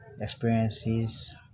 experiences